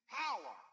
power